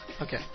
Okay